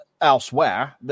elsewhere